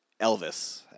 Elvis